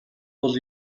бол